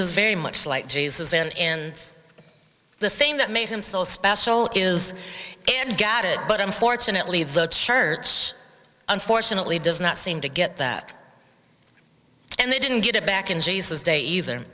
was very much like jesus when the thing that made him so special is and got it but unfortunately the church unfortunately does not seem to get that and they didn't get it back in jesus day either